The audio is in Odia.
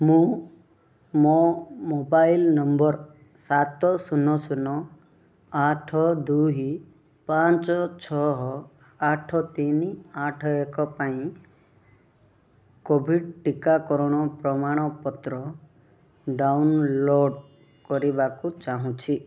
ମୁଁ ମୋ ମୋବାଇଲ୍ ନମ୍ବର ସାତ ଶୂନ ଶୂନ ଆଠ ଦୁଇ ପାଞ୍ଚ ଛଅ ଆଠ ତିନି ଆଠ ଏକ ପାଇଁ କୋଭିଡ଼୍ ଟିକାକରଣ ପ୍ରମାଣପତ୍ର ଡ଼ାଉନଲୋଡ଼୍ କରିବାକୁ ଚାହୁଁଛି